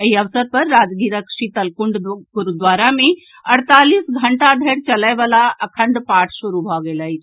एहि अवसर पर राजगीरक शीतलकुंड गुरूद्वारा मे अड़तालीस घंटा धरि चलय वला अखंड पाठ शुरू भऽ गेल अछि